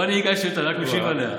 לא אני הגשתי אותה, רק משיב עליה.